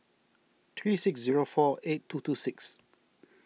three six zero four eight two two six